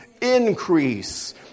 increase